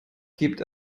gibt